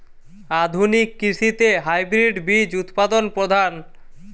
আধুনিক কৃষিতে হাইব্রিড বীজ উৎপাদন প্রধান